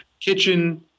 kitchen